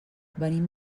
venim